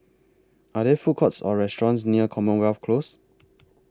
Are There Food Courts Or restaurants near Commonwealth Close